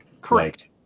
Correct